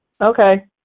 Okay